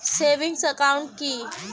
Savings account কি?